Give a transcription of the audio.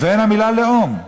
ואין המילה "לאום".